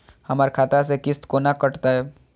हमर खाता से किस्त कोना कटतै?